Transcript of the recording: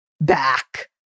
back